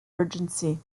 urgency